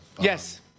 Yes